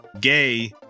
gay